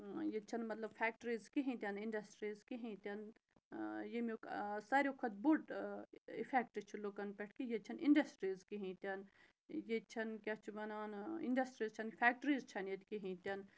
ییٚتہِ چھَنہٕ مطلب فٮ۪کٹرٛیٖز کِہیٖنۍ تہِ نہٕ اِنٛڈَسٹرٛیٖز کِہیٖنۍ تہِ نہٕ ییٚمیُک ساروے کھۄتہٕ بوٚڑ اِفٮ۪کٹ چھُ لُکَن پٮ۪ٹھ کہِ ییٚتہِ چھَنہٕ اِنٛڈَسٹرٛیٖز کِہیٖنۍ تہِ نہٕ ییٚتہِ چھَنہٕ کیٛاہ چھِ وَنان اِنٛڈَسٹرٛیٖز چھَنہٕ فٮ۪کٹرٛیٖز چھَنہٕ ییٚتہِ کِہیٖنۍ تہِ نہٕ